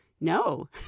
no